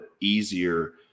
easier